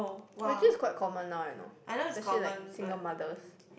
well actually it's quite common now you know especially like single mothers